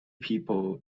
people